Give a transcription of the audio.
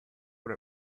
what